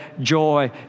joy